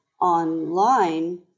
online